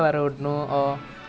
ya better check right